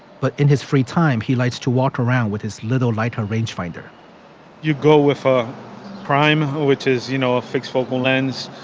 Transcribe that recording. but in his free time, he likes to walk around with his little lighter rangefinder you go with ah crime, which is, you know, a fixed vocal lens,